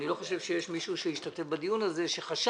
אני לא חושב שיש מישהו שהשתתף בדיון הזה שחשב